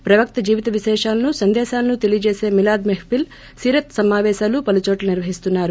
ప్రవక్త జీవిత విశేషాలను సందేశాలను తెలియజేసేమిలాద్ మెహ్సిల్ సీరత్ సమాపేశాలు పలు చోట్ల నిర్వహిస్తున్నారు